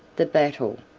the battle,